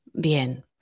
Bien